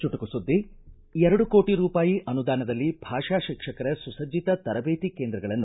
ಚುಟುಕು ಸುದ್ಗಿ ಎರಡು ಕೋಟ ರೂಪಾಯಿ ಅನುದಾನದಲ್ಲಿ ಭಾಷಾ ಶಿಕ್ಷಕರ ಸುಸಬ್ಜಿತ ತರದೇತಿ ಕೇಂದ್ರಗಳನ್ನು